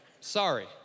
Sorry